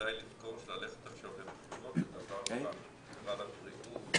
כדאי לזכור שללכת עכשיו לבחירות זה דבר רע זה רע לבריאות,